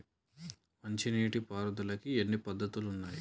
మంచి నీటి పారుదలకి ఎన్ని పద్దతులు ఉన్నాయి?